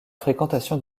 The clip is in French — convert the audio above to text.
fréquentation